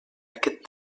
aquest